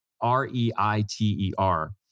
R-E-I-T-E-R